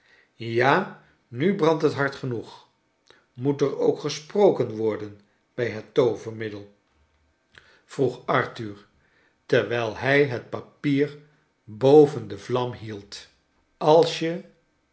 ja nu brandt het hard genoeg moet er ook gesproken worden bij het toovermiddel v vroeg arkleine dorrit thui terwijl hij het papier boven de vlam hield n als je